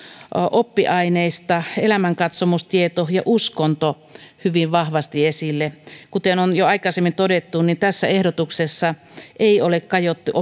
oppiaineista elämänkatsomustieto ja uskonto hyvin vahvasti esille kuten on jo aikaisemmin todettu tässä ehdotuksessa ei ole kajottu